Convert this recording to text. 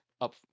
up